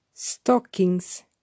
stockings